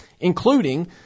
including